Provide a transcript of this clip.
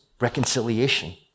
reconciliation